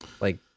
Like-